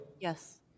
Yes